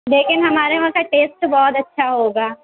لیکن ہمارے وہاں کا ٹیسٹ تو بہت اچھا ہوگا